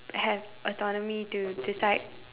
I have autonomy do to decide